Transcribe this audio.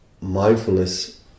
mindfulness